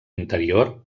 interior